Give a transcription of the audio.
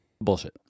bullshit